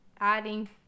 adding